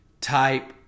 type